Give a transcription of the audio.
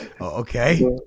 Okay